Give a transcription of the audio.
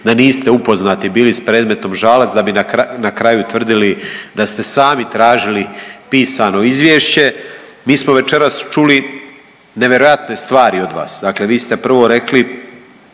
da niste upoznati bili s predmetom Žalac da bi na kraju tvrdili da ste sami tražili pisano izvješće. Mi smo večeras čuli nevjerojatne stvari od vas, dakle vi ste prvo rekli